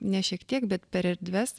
ne šiek tiek bet per erdves